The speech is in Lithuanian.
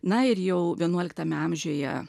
na ir jau vienuoliktame amžiuje